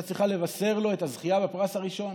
צריכה לבשר לו על הזכייה בפרס הראשון.